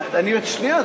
נתקבלה.